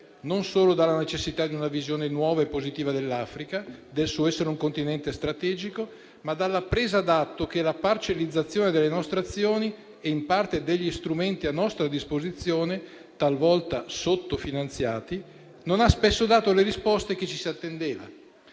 non solo dalla necessità di una visione nuova e positiva dell'Africa, del suo essere un continente strategico, ma anche dalla presa d'atto che la parcellizzazione delle nostre azioni e, in parte, degli strumenti a nostra disposizione, talvolta sotto finanziati, non ha spesso dato le risposte che ci si attendeva.